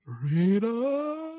freedom